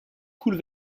coule